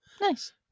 nice